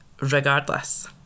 regardless